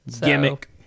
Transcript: Gimmick